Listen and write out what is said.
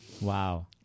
Wow